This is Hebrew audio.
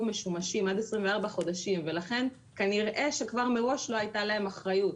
משומשים עד 24 חודשים ולכן כנראה שכבר מראש לא הייתה להם אחריות,